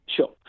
Sure